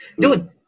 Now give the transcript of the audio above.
Dude